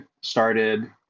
started